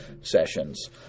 sessions